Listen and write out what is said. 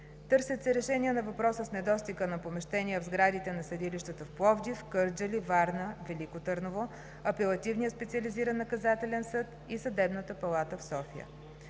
Търсят се решения на въпроса с недостига на помещения в сградите на съдилищата в Пловдив, Кърджали, Варна, Велико Търново, Апелативния специализиран наказателен съд и Съдебната палата в София.